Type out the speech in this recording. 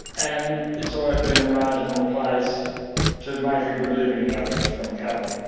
and it's always been a marginal place to make a good living out of from cattle.